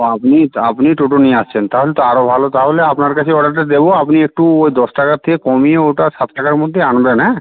ও আপনি আপনি টোটো নিয়ে আসছেন তাহলে তো আরো ভালো তাহলে আপনার কাছেই অর্ডারটা দেবো আপনি একটু ওই দশ টাকার থেকে কমিয়ে ওটা সাত টাকার মধ্যে আনবেন হ্যাঁ